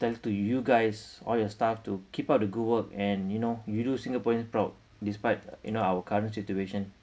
thanks to you guys all your staff to keep up the good work and you know you do singaporeans proud despite you know our current situation